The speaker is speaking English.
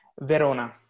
verona